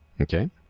Okay